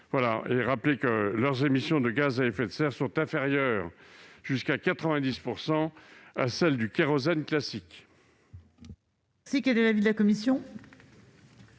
je rappelle que leurs émissions de gaz à effet de serre sont parfois inférieures de 90 % à celles du kérosène classique.